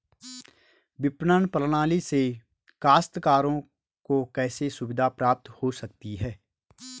विपणन प्रणाली से काश्तकारों को कैसे सुविधा प्राप्त हो सकती है?